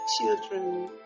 children